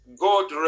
God